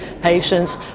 patients